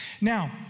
Now